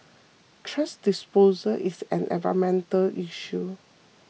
thrash disposal is an environmental issue